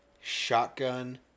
shotgun